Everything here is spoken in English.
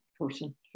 person